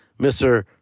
Mr